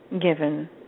given